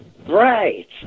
Right